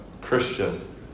Christian